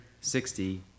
sixty